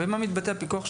במה מתבטא הפיקוח שלכם?